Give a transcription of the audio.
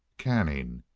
canning?